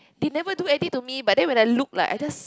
they never do any to me but then when I look like I just